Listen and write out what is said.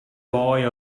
boy